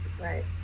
right